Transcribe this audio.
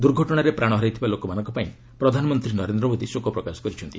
ଦୁର୍ଘଟଣାରେ ପ୍ରାଣ ହରାଇଥିବା ଲୋକମାନଙ୍କ ପାଇଁ ପ୍ରଧାନମନ୍ତ୍ରୀ ନରେନ୍ଦ୍ର ମୋଦି ଶୋକପ୍ରକାଶ କରିଛନ୍ତି